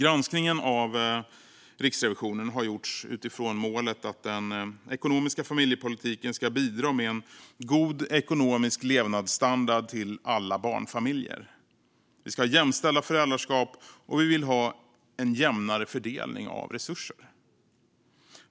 Riksrevisionens granskning har gjorts utifrån målet att den ekonomiska familjepolitiken ska bidra med en god ekonomisk levnadsstandard för alla barnfamiljer. Vi ska ha jämställda föräldraskap. Och vi vill ha en jämnare fördelning av resurser.